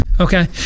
Okay